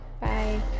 bye